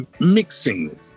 mixing